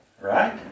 Right